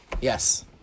Yes